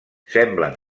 semblen